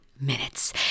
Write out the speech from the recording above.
minutes